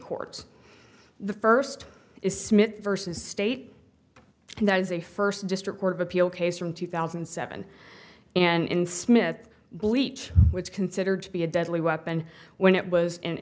courts the first is smith versus state and that is a first district court of appeal case from two thousand and seven and in smith bleach which is considered to be a deadly weapon when it was in